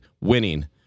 winning